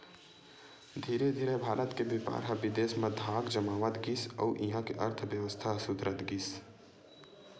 धीरे धीरे भारत के बेपार ह बिदेस म धाक जमावत गिस अउ इहां के अर्थबेवस्था ह सुधरत गिस